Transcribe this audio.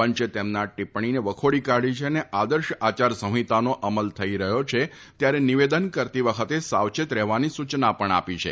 પંચે તેમના ટિપ્પણીને વખોડી કાઢી છે અને આદર્શ આચાર સંહિતાનો અમલ થઈ રહ્યો છે ત્યારે નિવેદન કરતી વખતે સાવચેત રફેવાની સૂચના પણ આપી છે